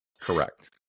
correct